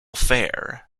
fair